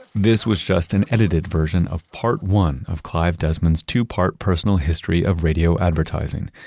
this was just an edited version of part one of clive desmond's two-part personal history of radio advertising.